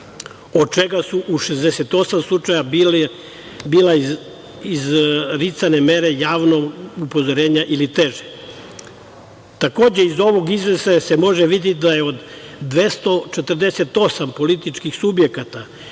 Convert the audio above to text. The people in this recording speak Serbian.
od čega su u 68 slučajeva bile izricane mere javnog upozorenja ili teže. Takođe iz ovog izveštaja se može videti da je od 248 političkih subjekata